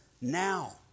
now